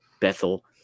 Bethel